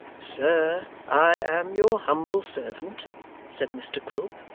sir, i am your humble servant said mr quilp,